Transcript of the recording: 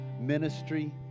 ministry